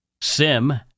Sim